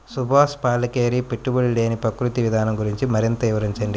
సుభాష్ పాలేకర్ పెట్టుబడి లేని ప్రకృతి విధానం గురించి మరింత వివరించండి